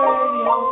Radio